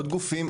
גופים?